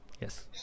Yes